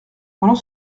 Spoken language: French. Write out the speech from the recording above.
pendant